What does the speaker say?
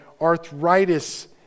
arthritis